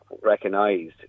recognised